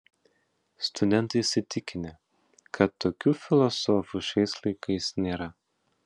studentai įsitikinę kad tokių filosofų šiais laikais nėra